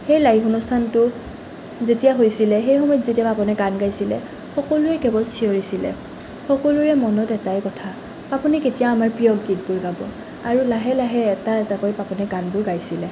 সেই লাইভ অনুষ্ঠানটো যেতিয়া হৈছিলে সেই সময়ত যেতিয়া পাপনে গান গাইছিলে সকলোৱে কেৱল চিঞৰিছিলে সকলোৰে মনত এটাই কথা পাপনে কেতিয়া আমাৰ প্ৰিয় গীতবোৰ গাব আৰু লাহে লাহে এটা এটাকৈ পাপনে গীতবোৰ গাইছিলে